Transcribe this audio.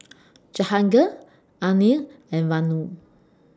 Jahangir Anil and Vanu